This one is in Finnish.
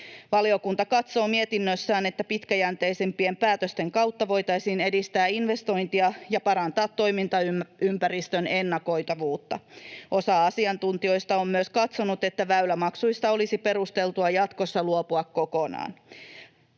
Valiokunta katsoo mietinnössään, että pitkäjänteisempien päätösten kautta voitaisiin edistää investointeja ja parantaa toimintaympäristön ennakoitavuutta. Osa asiantuntijoista on myös katsonut, että väylämaksuista olisi perusteltua jatkossa luopua kokonaan.